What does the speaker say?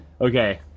okay